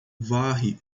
varre